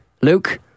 Luke